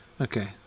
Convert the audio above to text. Okay